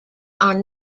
are